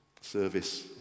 service